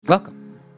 Welcome